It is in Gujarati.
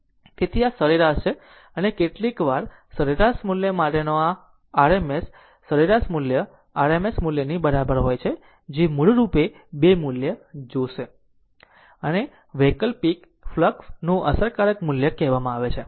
તેથી આ સરેરાશ સરેરાશ છે અને કેટલીકવાર સરેરાશ મૂલ્ય માટેનો આ RMS સરેરાશ મૂલ્ય RMS મૂલ્યની બરાબર હોય છે જે મૂળ રૂપે 2 મૂલ્ય જોશે જેને આને વૈકલ્પિક ફ્લક્ષ નું અસરકારક મૂલ્ય કહેવામાં આવે છે